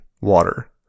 water